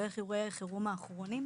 לאורך אירועי החירום האחרונים,